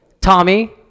Tommy